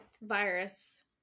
virus